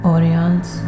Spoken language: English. Audience